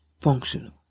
functional